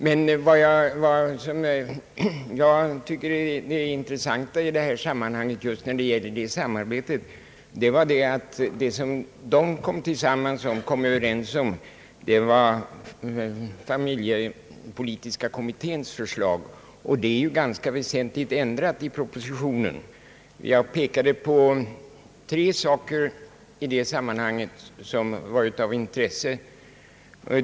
Det intressanta i fråga om detta sam arbete mellan kommittéerna tycker jag är att det man har kommit överens om var familjepolitiska kommitténs förslag. Detta har ju i ganska väsentlig mån blivit ändrat i propositionen. Jag pekade på tre saker som var av intresse i det avseendet.